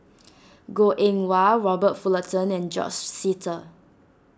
Goh Eng Wah Robert Fullerton and George Sita